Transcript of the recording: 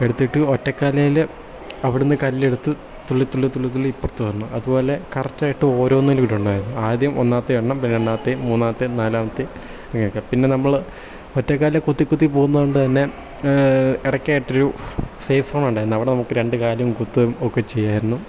എടുത്തിട്ട് ഒറ്റക്കാലിൽ അവിടുന്ന് കല്ലെടുത്ത് തുള്ളി തുള്ളി തുള്ളി തുള്ളി ഇപ്പുറത്ത് വരണം അതുപോലെ കറക്റ്റ് ആയിട്ട് ഓരോന്നിലും ഇടണമായിരുന്നു ആദ്യം ഒന്നാമത്തെ എണ്ണം പിന്നെ രണ്ടാമത്തെ മൂന്നാമത്തെ നാലാമത്തെ അങ്ങനേക്കാ പിന്നെ നമ്മൾ ഒറ്റക്കാലിൽ കുത്തികുത്തി പോവുന്നതുകൊണ്ട് തന്നെ ഇടക്കായിട്ടൊരു സേഫ് സോൺ ഉണ്ടായിരുന്നു അവിടെ നമുക്ക് രണ്ടുകാലും കുത്തുകയും ഒക്കെ ചെയ്യാമായിരുന്നു